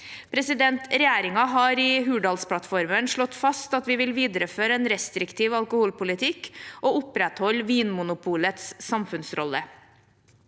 Regjeringen har i Hurdalsplattformen slått fast at vi vil videreføre en restriktiv alkoholpolitikk og opprettholde Vinmonopolets samfunnsrolle.